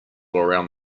around